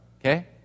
okay